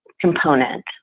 component